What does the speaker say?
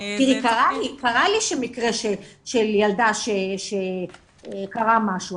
קרה לי מקרה של ילדה שקרה משהו,